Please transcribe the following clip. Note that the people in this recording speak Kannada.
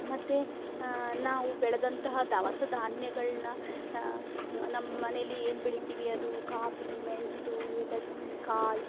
ಮತ್ತೆ ನಾವು ಬೆಳೆದಂತಹ ದವಸಧಾನ್ಯಗಳನ್ನ ನಮ್ಮನೇಲಿ ಏನು ಬೆಳಿತೀವಿ ಅದು ಕಾಫಿ ಮೆಣಸು ಏಲಕ್ಕಿ ಕಾಯಿ